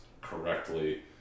correctly